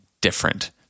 different